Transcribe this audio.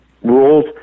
rules